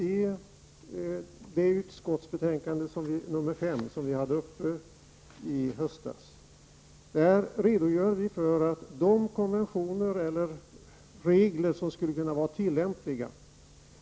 I det utskottsbetänkande som vi behandlade i höstas redogjordes för de konventioner eller regler som skulle kunna vara tillämpliga.